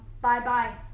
Bye-bye